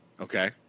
Okay